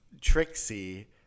Trixie